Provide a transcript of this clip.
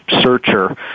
searcher